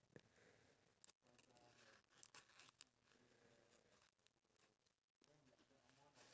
and then the straw actually filters the water so that they can get clean water